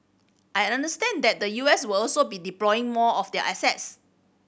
I understand that the U S will also be deploying more of their assets